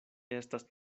estas